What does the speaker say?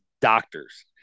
doctors